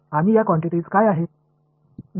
आणि त्या क्वांटिटिस काय आहेत